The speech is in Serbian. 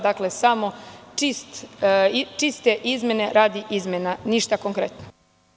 Dakle, samo čiste izmene radi izmena, ništa konkretno.